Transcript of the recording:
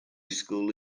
school